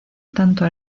tanto